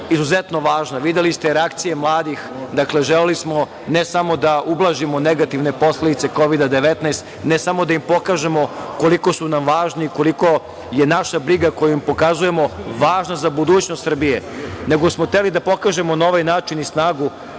izuzetno važna, videli ste reakcije mladih. Dakle, želeli smo ne samo da ublažimo negativne posledice Kovida – 19, ne samo da im pokažemo koliko su nam važni i koliko je naša briga koju pokazujemo važna za budućnost Srbije, nego smo hteli da pokažemo na ovaj način i snagu